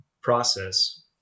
process